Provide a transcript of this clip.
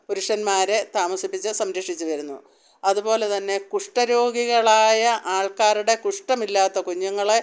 പുരുഷന്മാരെ താമസിപ്പിച്ച് സംരക്ഷിച്ചു വരുന്നു അതു പോലെ തന്നെ കുഷ്ഠരോഗികളായ ആൾക്കാരുടെ കുഷ്ഠമില്ലാത്ത കുഞ്ഞുങ്ങളെ